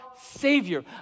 Savior